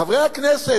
חברי הכנסת,